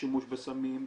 שימוש בסמים,